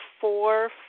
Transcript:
four